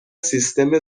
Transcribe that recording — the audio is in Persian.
سیستم